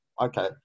okay